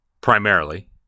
primarily